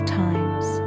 times